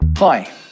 Hi